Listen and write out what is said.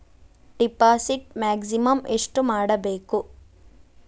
Deposit maximum ಎಷ್ಟು ಮಾಡಬೇಕು?